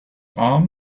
arm